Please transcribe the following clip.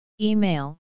Email